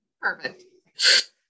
Perfect